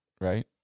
Right